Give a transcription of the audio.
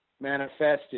manifested